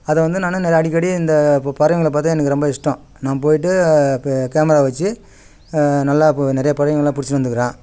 அதை வந்து நானும் நிறைய அடிக்கடி இந்த பறவைகள பார்த்தா எனக்கு ரொம்ப இஷ்டம் நான் போய்ட்டு பே கேமரா வெச்சி நல்லா இப்போது நிறைய பறவைகள்லாம் பிடிச்சிட்டு வந்துருக்கறேன்